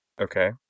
Okay